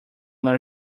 learn